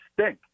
stink